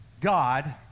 God